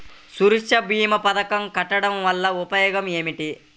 సురక్ష భీమా పథకం కట్టడం వలన ఉపయోగం ఏమిటి?